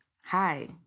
Hi